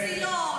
עזר מציון.